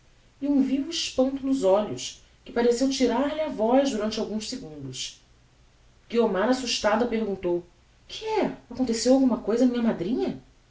um vivo espanto nos olhos que pareceu tirar-lhe a voz durante alguns segundos guiomar assustada perguntou que é aconteceu alguma cousa a minha madrinha